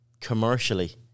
commercially